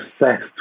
obsessed